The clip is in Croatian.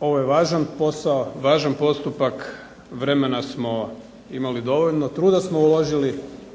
Ovo je važan posao, važan postupak, vremena smo imali dovoljno, truda smo uložili.